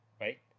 right